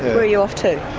are you off to?